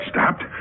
Stopped